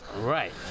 right